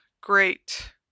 great